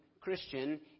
Christian